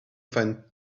find